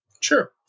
Sure